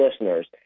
listeners